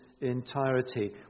entirety